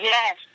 Yes